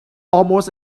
almost